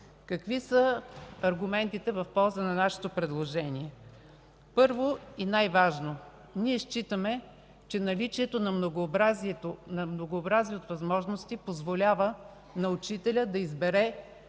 Какви са аргументите в полза на нашето предложение? Първи и най-важен, ние считаме, че наличието на многообразни възможности позволява на учителя да избере